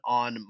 on